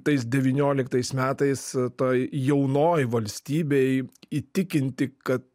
tais devynioliktas metais toj jaunoj valstybėj įtikinti kad